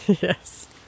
Yes